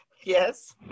yes